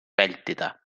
vältida